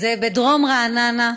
בדרום רעננה,